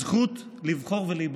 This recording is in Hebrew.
הזכות לבחור ולהיבחר,